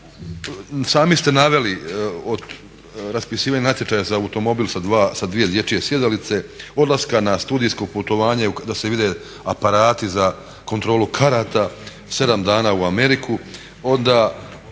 Sami ste od raspisivanja natječaja za automobil sa dvije dječje sjedalice, odlaska na studijsko putovanje da se vide aparati za kontrolu karata, 7 dana u Ameriku, onda